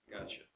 Gotcha